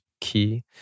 key